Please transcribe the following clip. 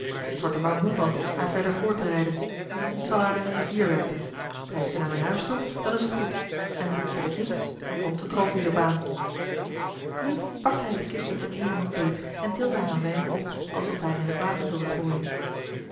ik word er maar moe van haar verder voort te rijden ik zal haar in de rivier werpen drijft zij naar mijn huis toe dan is het goed en doet zij dit niet dan komt het er ook niet op aan nu pakte hij de kist met zijn eene hand beet en tilde haar een weinig op alsof hij haar in het water wilde gooien